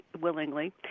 willingly